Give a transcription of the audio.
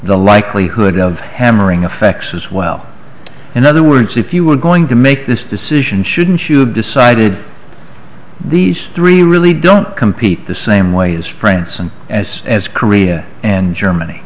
the likelihood of hammering affections well in other words if you were going to make this decision shouldn't you decided these three really don't compete the same way as france and as as korea and germany